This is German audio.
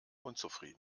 unzufrieden